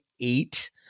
eight